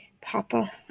Papa